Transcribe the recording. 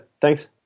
thanks